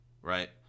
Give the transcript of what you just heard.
right